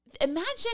Imagine